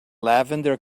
lavender